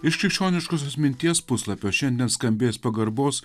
iš krikščioniškosios minties puslapio šiandien skambės pagarbos